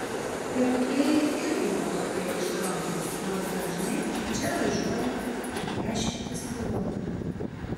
pirkėjai irgi ne tokie išrankūs nors dažnai į čia važiuoja dešimtis kilometrų